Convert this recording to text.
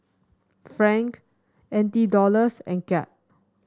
franc N T Dollars and Kyat